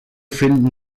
finden